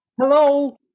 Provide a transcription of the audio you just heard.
Hello